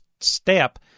step